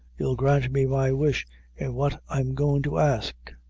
you'll grant me my wish in what i'm goin' to ask.